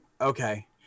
okay